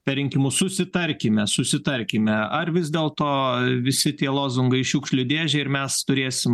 per rinkimus susitarkime susitarkime ar vis dėl to visi tie lozungai šiukšlių dėžę ir mes turėsim